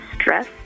stress